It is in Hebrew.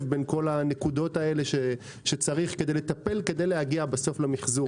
בין הנקודות האלה שצריך כדי להגיע למחזור הזה.